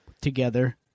together